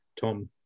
Tom